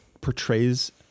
portrays